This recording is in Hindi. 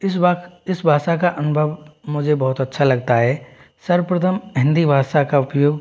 इस वक्त इस भाषा का अनुभव मुझे बहुत अच्छा लगता है सर्वप्रथम हिंदी भाषा का उपयोग